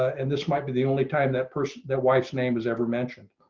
and this might be the only time that person that wife's name has ever mentioned